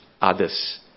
others